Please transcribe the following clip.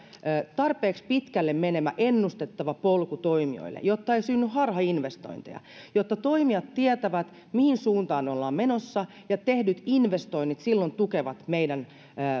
tarpeeksi pitkälle menevä ennustettava polku toimijoille jotta ei synny harhainvestointeja jotta toimijat tietävät mihin suuntaan me olemme menossa ja tehdyt investoinnit silloin tukevat meidän